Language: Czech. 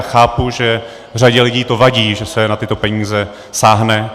Chápu, že řadě lidí to vadí, že se na tyto peníze sáhne.